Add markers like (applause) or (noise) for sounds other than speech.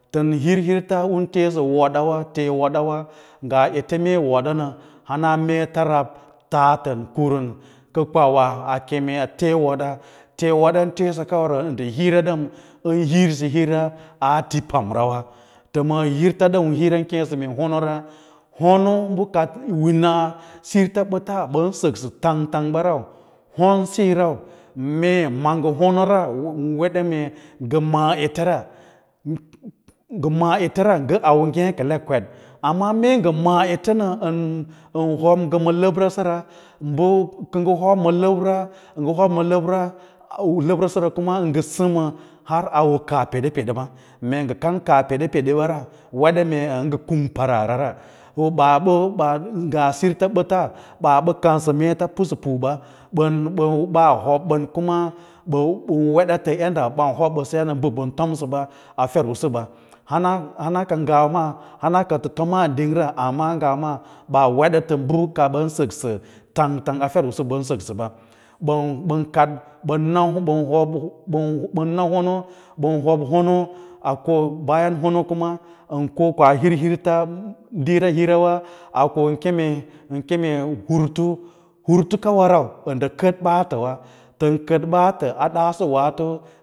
Ran hir hirta un teesa waddawa tee nodawa nga ete mee yi modona hana meets rab tatn kuvan ka kwau wa a keme a tee woba, (unintelligible) wodan tee sa kara rau nda hira ɗam ən hir sa hira aa ti pomrawa ta ma hirta ɗam um kee sa mee honora, honoba kad wina sirts bats ban saksa tang tang ban rau honsiyo rau rau mee manga honora an weda mee nfa maa etera nga maa ete ra auwe ngekelek, amma mee nga maâ ete nəən hob nga ma twelve bra səra u kə ngan hob ma hob ma labra a nga hob ma labra aawo labra sara kuma ka nga sama har awo kaa pedepedeɓa, mee nga kan kaa pede pede ba ra weda mee nga kung paraara ra baa nga sirtsibəts bəs iɓa kan sa meets pusapu ba ɓaa hob bən kuma ban weda tə yadda ɓaa hob ɓasaya ma mbə ɓən tomsaba a fer usuba ba hana hana kangwaw maa, hana ƙa tə tomaa ding ra amma ngawa ɓan weda ta bi ka ban saksa tang tang ater usu ɓən səksəba bən bən bən na honoa bən na honoa ko bayan hono kuma an ko kao hir hors diira hirra an keme urutu urutukawa rau əndə kəd baatə wa tən kəd ɓaats.